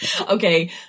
Okay